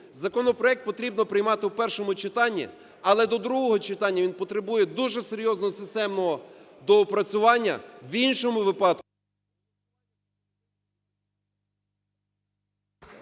законопроект потрібно приймати в першому читанні, але до другого читання він потребує дуже серйозного, системного доопрацювання.